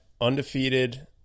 undefeated